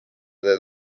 teed